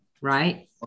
Right